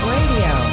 Radio